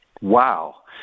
Wow